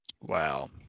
Wow